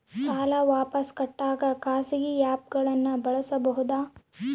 ಸಾಲ ವಾಪಸ್ ಕಟ್ಟಕ ಖಾಸಗಿ ಆ್ಯಪ್ ಗಳನ್ನ ಬಳಸಬಹದಾ?